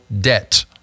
debt